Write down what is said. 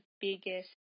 biggest